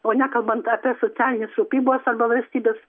o nekalbant apie socialinės rūpybos arba valstybės